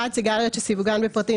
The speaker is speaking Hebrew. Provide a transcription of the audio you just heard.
(1) סיגריות שסיווגן בפרטים